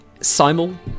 simul